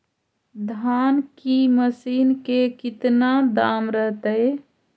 धान की मशीन के कितना दाम रहतय?